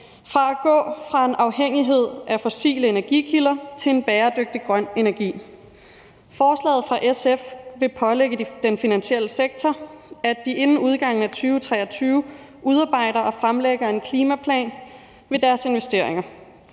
med: at gå fra en afhængighed af fossile energikilder til at bruge bæredygtig grøn energi. Forslaget fra SF vil pålægge den finansielle sektor, at de inden udgangen af 2023 udarbejder og fremlægger en klimaplan for deres investeringer.